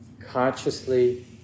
consciously